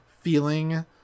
feeling